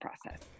process